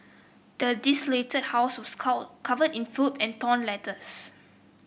the desolated house was call covered in filth and torn letters